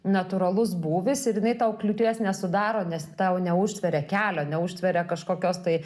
natūralus būvis ir jinai tau kliūties nesudaro nes tau neužtveria kelio neužtveria kažkokios tai